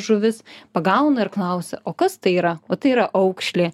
žuvis pagauna ir klausia o kas tai yra o tai yra aukšlė